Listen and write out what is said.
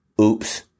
Oops